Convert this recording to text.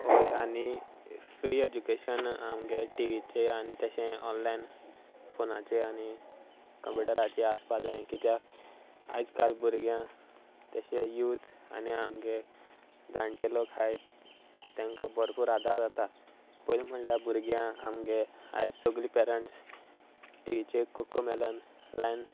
हय आनी free education आमगे टिवीचें आनी तशें ऑनलायन फोनाचे आनी कंप्युटराचे आसपा जाय कित्याक आयज काल भुरग्यां तशें यूथ आनी आमगे जाणटेलो हाय तांकां भरपूर आदार जाता पयलीं म्हणल्यार भुरग्यां आमगे आयज सगलीं पेरंट्स टिव्हीचेर कोको मेलन लायन